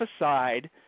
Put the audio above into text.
aside